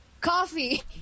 coffee